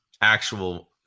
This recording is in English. actual